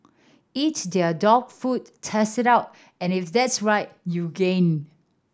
eat their dog food test it out and if that's right you gain